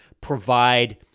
provide